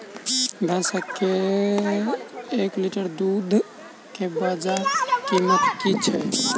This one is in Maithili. भैंसक एक लीटर दुध केँ बजार कीमत की छै?